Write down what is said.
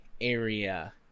area